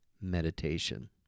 meditation